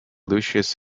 lucius